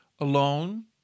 alone